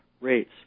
rates